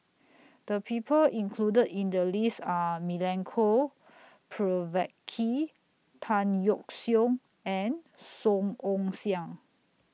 The People included in The list Are Milenko Prvacki Tan Yeok Seong and Song Ong Siang